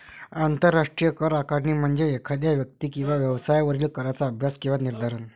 आंतरराष्ट्रीय कर आकारणी म्हणजे एखाद्या व्यक्ती किंवा व्यवसायावरील कराचा अभ्यास किंवा निर्धारण